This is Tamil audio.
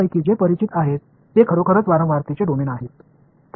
உங்களில் யாருக்கு ஃபிரிகியூன்சி டொமைன் பற்றி தெரியும்